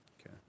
Okay